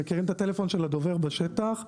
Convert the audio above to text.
מכירים את הטלפון של הדובר בשטח.